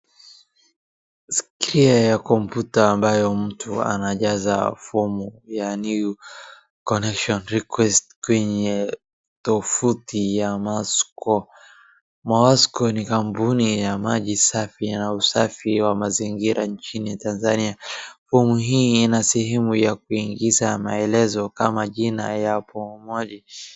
Skrini ya kompyuta ambayo mtu anajaza fomu ya new connection request kwenye tovuti ya Mawasco. Mawasco ni kampuni ya maji safi na usafi wa mazingira nchini Tanzania. Fomu hii ina sehemu ya kuingiza maelezo kama jina la mwombaji.